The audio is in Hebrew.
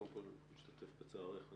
קודם כול, משתתף בצערך.